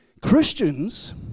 Christians